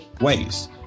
ways